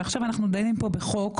ועכשיו אנחנו דנים פה בחוק,